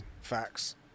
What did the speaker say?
Facts